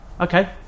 Okay